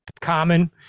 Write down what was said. common